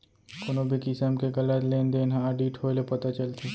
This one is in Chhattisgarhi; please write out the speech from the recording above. कोनो भी किसम के गलत लेन देन ह आडिट होए ले पता चलथे